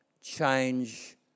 change